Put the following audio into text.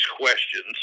questions